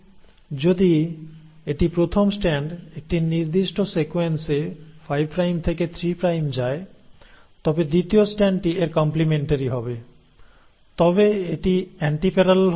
যদি এটি প্রথম স্ট্র্যান্ড একটি নির্দিষ্ট সিকোয়েন্সে 5 প্রাইম থেকে 3 প্রাইম যায় তবে দ্বিতীয় স্ট্র্যান্ডটি এর কম্প্লিমেন্টারি হবে তবে এটি আন্টিপ্যারালাল হবে